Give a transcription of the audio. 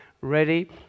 ready